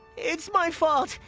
it's my fault.